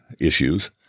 issues